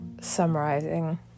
summarizing